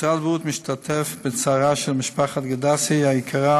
משרד הבריאות משתתף בצערה של משפחת גדסי היקרה